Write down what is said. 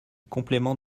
complément